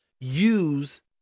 use